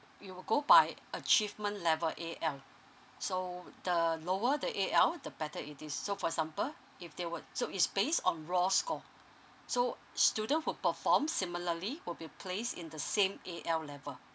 it will go by achievement level A_L so the lower the A_L the better it is so for example if they were so is based on raw score so student who perform similarly will be placed in the same A_L level